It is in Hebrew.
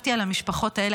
חשבתי על המשפחות האלה,